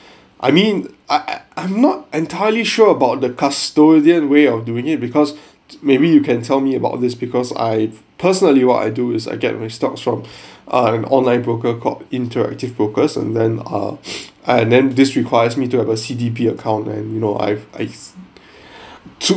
I mean I I'm not entirely sure about the custodian way of doing it because maybe you can tell me about this because I personally what I do is I get my stocks from ah an online broker called interactive brokers and then err ah then this requires me to have a C_D_P account and you know I've I've took